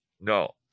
No